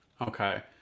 Okay